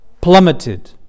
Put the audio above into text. plummeted